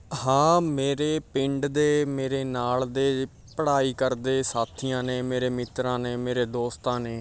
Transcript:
ਹਾਂ ਮੇਰੇ ਪਿੰਡ ਦੇ ਮੇਰੇ ਨਾਲ ਦੇ ਪੜ੍ਹਾਈ ਕਰਦੇ ਸਾਥੀਆਂ ਨੇ ਮੇਰੇ ਮਿੱਤਰਾਂ ਨੇ ਮੇਰੇ ਦੋਸਤਾਂ ਨੇ